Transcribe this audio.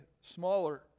smaller